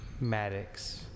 Maddox